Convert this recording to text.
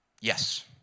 Yes